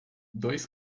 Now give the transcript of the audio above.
dois